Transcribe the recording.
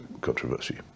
controversy